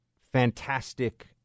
fantastic